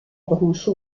branche